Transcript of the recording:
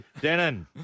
Denon